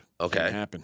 Okay